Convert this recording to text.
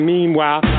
Meanwhile